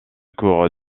cour